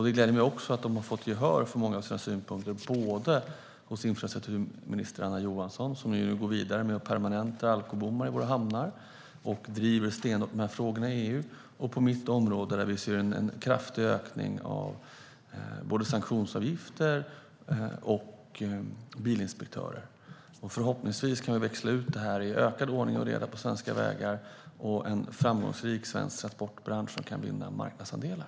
Det gläder mig också att de har fått gehör för många av sina synpunkter både hos infrastrukturminister Anna Johansson, som nu går vidare med att permanenta alkobommar i våra hamnar och som stenhårt driver de här frågorna i EU, och på mitt område, där vi ser en kraftig ökning av både sanktionsavgifter och bilinspektörer. Förhoppningsvis kan vi växla ut det här i ökad ordning och reda på svenska vägar och en framgångsrik svensk transportbransch, som kan vinna marknadsandelar.